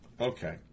Okay